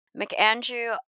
McAndrew